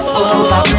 over